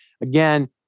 again